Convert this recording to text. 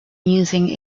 using